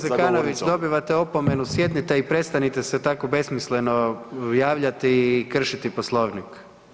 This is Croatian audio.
Kolega Zekanović dobivate opomenu, sjednite i prestanite se tako besmisleno javljati i kršiti Poslovnik.